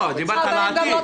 לא, דיברת על העתיד.